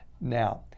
Now